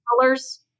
colors